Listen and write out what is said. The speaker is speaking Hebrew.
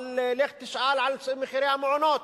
אבל לך תשאל על מחירי המעונות,